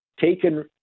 taken